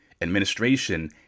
administration